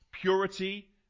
Purity